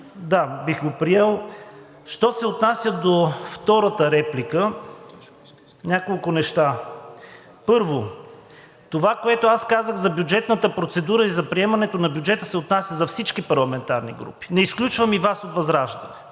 да, бих го приел. Що се отнася до втората реплика – няколко неща. Първо, това, което казах за бюджетната процедура и за приемането на бюджета, се отнася за всички парламентарни групи. Не изключвам и Вас от ВЪЗРАЖДАНЕ,